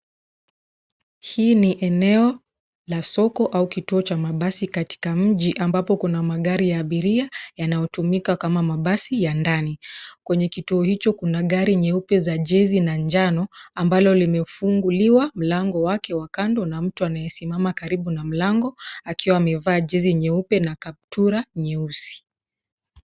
Hii ni eneo la soko au kituo cha mabasi katika mji ambapo kuna magari ya abiria yanayotumika kama mabasi ya ndani .Kwenye kituo hicho kuna gari nyeupe za jezi na njano ambalo limefunguliwa mlango wake wa kando na mtu anayesimama karibu na mlango akiwa amevaa jezi nyeupe na kaptura nyeusi.